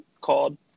called